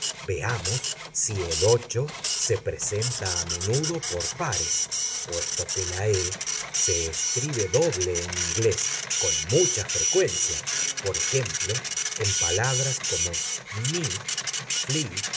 veamos si el se presenta a menudo por pares puesto que la e se escribe doble en inglés con mucha frecuencia por ejemplo en palabras como meet